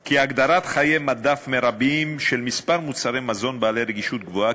כי הגדרת חיי מדף מרביים של כמה מוצרי מזון בעלי רגישות גבוהה,